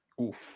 Oof